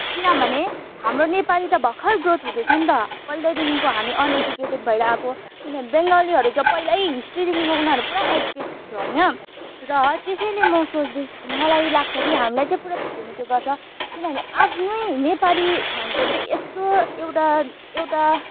किनभने हाम्रो नेपाली त भर्खर ग्रोथ हुँदैछ नि त पहिल्यैदेखिको हामी अनएजुकेटेड भएर आएको किन बेङ्गोलीहरू चाहिँ पहिल्यै हिस्ट्रीदेखिको उनीहरू पुरा एजुकेटेड थियो होइन र त्यसैले म सोच्दैछु मलाई लाग्छ कि हामीलाई चाहिँ पुरा थिचोमिचो गर्छ किनभने आफ्नै नेपाली भनेको चाहिँ यस्तो एउटा एउटा